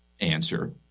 answer